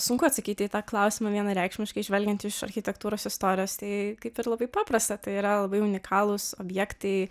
sunku atsakyti į tą klausimą vienareikšmiškai žvelgiant iš architektūros istorijos tai kaip ir labai paprasta tai yra labai unikalūs objektai